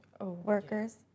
workers